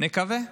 נקווה.